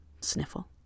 sniffle